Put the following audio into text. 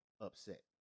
upset